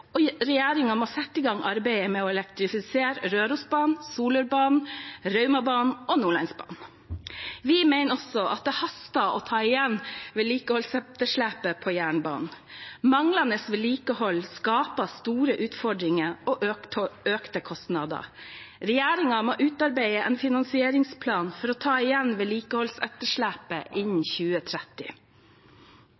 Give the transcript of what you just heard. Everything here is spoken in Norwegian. gang arbeidet med å elektrifisere Rørosbanen, Solørbanen, Raumabanen og Nordlandsbanen. Vi mener også det haster å ta igjen vedlikeholdsetterslepet på jernbanen. Manglende vedlikehold skaper store utfordringer og økte kostnader. Regjeringen må utarbeide en finansieringsplan for å ta igjen vedlikeholdsetterslepet innen